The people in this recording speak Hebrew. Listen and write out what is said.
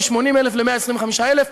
מ-80,000 ל-125,000.